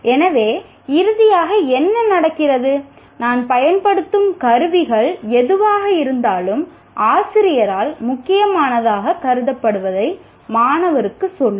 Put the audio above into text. எனவே இறுதியாக என்ன நடக்கிறது நான் பயன்படுத்தும் கருவிகள் எதுவாக இருந்தாலும் ஆசிரியரால் முக்கியமானதாகக் கருதப்படுவதை மாணவருக்குச் சொல்லும்